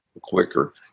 quicker